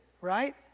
right